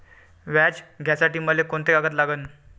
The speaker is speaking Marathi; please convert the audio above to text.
व्याज घ्यासाठी मले कोंते कागद लागन?